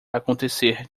acontecer